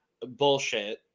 bullshit